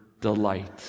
delight